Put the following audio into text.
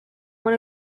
one